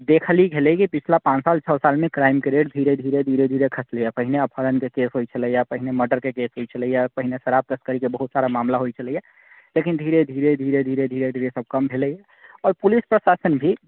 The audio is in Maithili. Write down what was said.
देखल ई गेलै कि पिछला पाँच साल छओ सालमे क्राइमके रेट धीरे धीरे धीरे धीरे खसलैए पहिने अपहरणके केस होइत छलैए पहिने मर्डरके केस होइत छलैए पहिने शराबके तस्करीके बहुत सारा मामला होइत छलैए लेकिन धीरे धीरे धीरे धीरे धीरे धीरे सभ कम भेलै आओर पुलिस प्रशासन भी